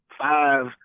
five